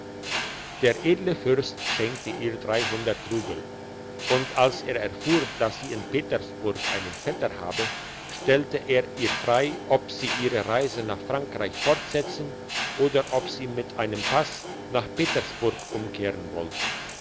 der edle fürst schenkte ihr dreihundert rubel und als er erfuhr dass sie in petersburg einen vetter habe stellte er ihr frei ob sie ihre reise nach frankreich fortsetzen oder ob sie mit einem pass nach petersburg umkehren wolle